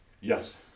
Yes